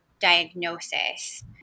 diagnosis